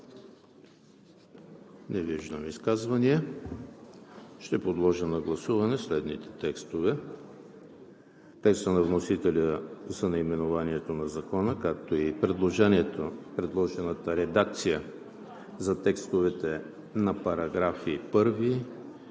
Не виждам. Ще подложа на гласуване следните текстове: текста на вносителя за наименованието на Закона, както и предложената редакция за текстовете на параграфи 1,